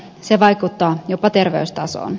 se vaikuttaa jopa terveystasoon